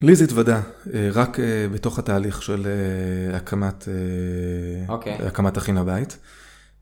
לי זה התוודע, רק בתוך התהליך של הקמת הכין הבית.